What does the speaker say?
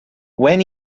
when